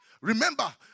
remember